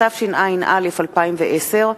התשע"א 2010,